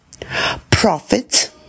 profit